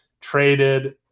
traded